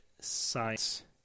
science